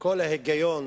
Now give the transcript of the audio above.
כל ההיגיון